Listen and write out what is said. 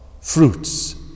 Fruits